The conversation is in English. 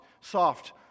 soft